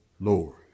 lord